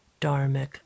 dharmic